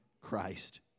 Christ